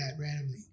randomly